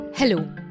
Hello